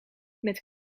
met